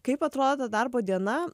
kaip atrodo darbo diena